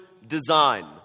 Design